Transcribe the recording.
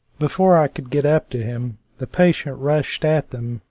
before i could get up to him the patient rushed at them,